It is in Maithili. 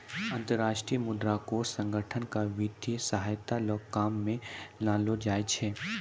अन्तर्राष्ट्रीय मुद्रा कोष संगठन क वित्तीय सहायता ल काम म लानलो जाय छै